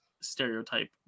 stereotype